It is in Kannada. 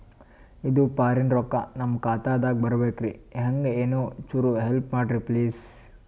ಇದು ಫಾರಿನ ರೊಕ್ಕ ನಮ್ಮ ಖಾತಾ ದಾಗ ಬರಬೆಕ್ರ, ಹೆಂಗ ಏನು ಚುರು ಹೆಲ್ಪ ಮಾಡ್ರಿ ಪ್ಲಿಸ?